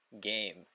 game